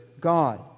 God